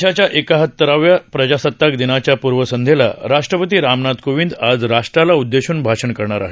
देशाच्या एकाहत्तराव्या प्रजासताक दिनाच्या पूर्वसंध्येला राष्ट्रपती रामनाथ कोविंद आज राष्ट्राला उददेशून भाषण करणार आहेत